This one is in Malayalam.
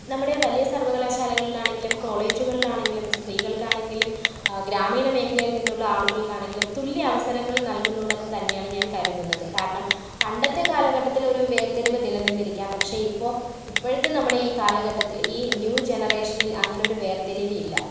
നമ്മുടെ വലിയ സർവ്വകലാശാലകളിലാണെങ്കിലും കോളേജുകളിലാണെങ്കിലും സ്ത്രീകൾക്കാണെങ്കിലും ആ ഗ്രാമീണമേഖലയിൽ നിന്നുള്ള ആളുകൾക്കാണെങ്കിലും തുല്യ അവസരങ്ങൾ നൽകുന്നുണ്ടെന്ന് തന്നെയാണ് ഞാൻ കരുതുന്നത് കാരണം പണ്ടത്തെ കാലഘട്ടത്തിൽ ഒരു വേർതിരിവ് നിലനിന്നിരിക്കാം പക്ഷെ ഇപ്പോൾ ഇപ്പോഴത്തെ നമ്മുടെ ഈ കാലഘട്ടത്തിൽ ഈ ന്യൂ ജനറേഷനിൽ അങ്ങനെയൊരു വേർതിരിവില്ല